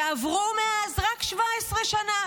עברו מאז רק 17 שנה.